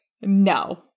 no